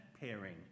pairing